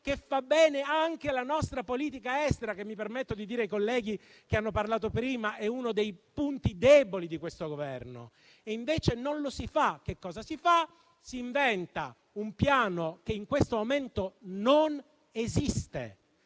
che fa bene anche alla nostra politica estera, che - mi permetto di dirlo ai colleghi che hanno parlato prima - è uno dei punti deboli di questo Governo. Invece non lo si fa. Che cosa si fa? Si inventa un piano che in questo momento non esiste.